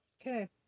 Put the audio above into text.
Okay